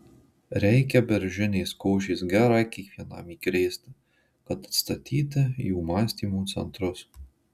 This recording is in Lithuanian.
reikia beržinės košės gerai kiekvienam įkrėsti kad atstatyti jų mąstymo centrus